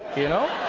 you know?